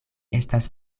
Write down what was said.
estas